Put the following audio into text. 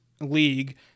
league